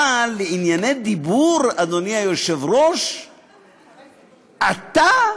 אבל לענייני דיבור, אדוני היושב-ראש, אתה?